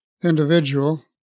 individual